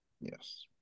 Yes